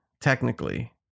technically